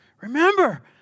Remember